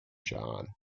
john